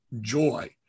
joy